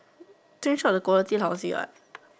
that is what the quality house ya